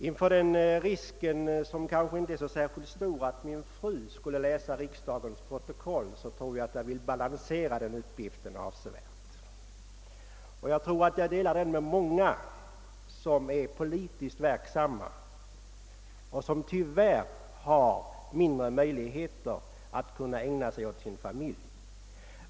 Inför risken, som dock inte är särskilt stor, att min fru skulle komma att läsa riksdagens protokoll vill jag avsevärt balansera den uppgiften. Jag har tyvärr — troligen i likhet med många andra politiskt verksamma — små möjligheter att kunna ägna mig åt min familj.